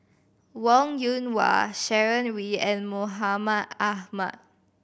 Wong Yoon Wah Sharon Wee and Mahmud Ahmad